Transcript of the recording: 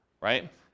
right